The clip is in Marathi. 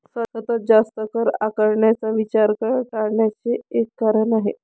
सतत जास्त कर आकारण्याचा विचार कर टाळण्याचे एक कारण आहे